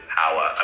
power